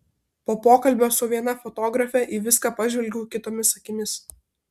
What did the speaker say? po pokalbio su viena fotografe į viską pažvelgiau kitomis akimis